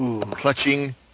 clutching